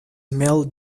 mel